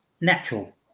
natural